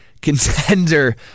contender